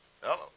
Hello